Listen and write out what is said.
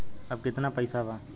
अब कितना पैसा बा?